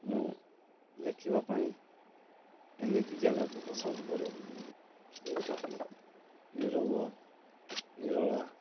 ମୁଁ ଲେଖିବା ପାଇଁ ଏମିତି ଜାଗାକୁ ପସନ୍ଦ କରେ ଯୋଉଠିକି ନିରବ ନିରଳା